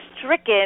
stricken